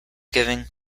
giving